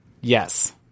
yes